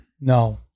no